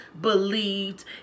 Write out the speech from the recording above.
believed